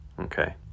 Okay